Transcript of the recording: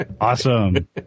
Awesome